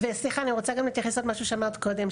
ואני רוצה גם להתייחס לעוד משהו שאמרת קודם.